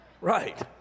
right